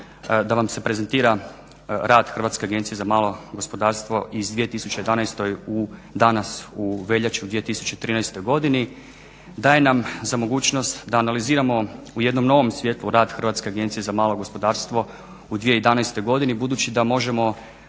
da vam se prezentira rad Hrvatske agencije za malo gospodarstvo iz 2011. godine danas u veljači u 2013. godini daje nam za mogućost da analiziramo u jednom svjetlu rad Hrvatske agencije za malo gospodarstvo u 2011. godini budući da možemo